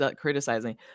criticizing